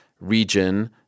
region